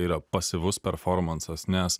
yra pasyvus performansas nes